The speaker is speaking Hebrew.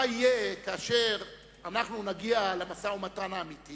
מה יהיה כאשר אנחנו נגיע למשא-ומתן האמיתי